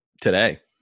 Today